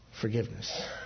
forgiveness